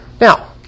Now